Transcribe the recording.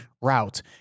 route